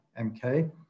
MK